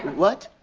what?